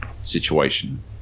situation